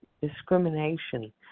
discrimination